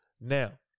Now